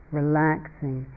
relaxing